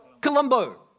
Colombo